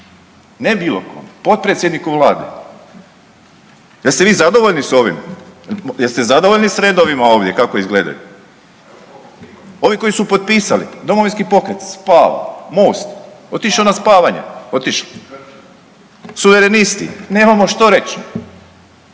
ne bilo kome, potpredsjedniku vlade. Jeste vi zadovoljni s ovim, jeste zadovoljni s redovima ovdje kako izgledaju? Ovi koji su potpisali, Domovinski pokret spava, MOST otišao na spavanje, otišao, suverenisti nemamo što reći,